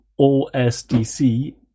OSDC